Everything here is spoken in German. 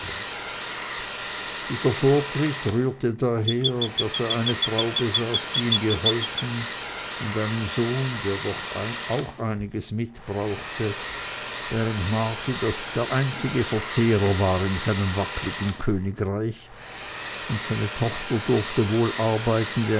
dieser vortritt rührte daher daß er eine frau besaß die ihm geholfen und einen sohn der doch auch einiges mit brauchte während marti der einzige verzehrer war in seinem wackeligen königreich und seine tochter durfte wohl arbeiten